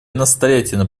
настоятельно